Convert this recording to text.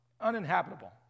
uninhabitable